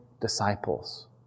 disciples